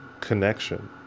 connection